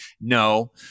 No